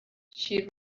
she